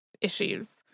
issues